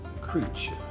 creature